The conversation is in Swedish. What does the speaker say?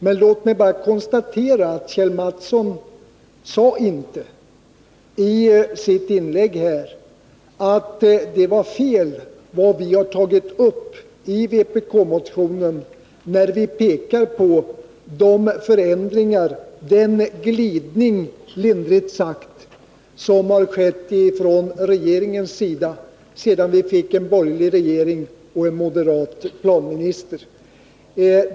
Men låt mig bara konstatera att Kjell Mattsson i sitt inlägg inte sade att det som vi tagit upp i vår motion var fel. Vi pekar där på de förändringar, den glidning — lindrigt sagt — som har skett från regeringens sida sedan vi fick en borgerlig regering och en moderat planminister.